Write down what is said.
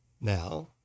Now